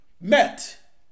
met